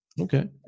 Okay